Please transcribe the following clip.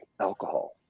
alcohol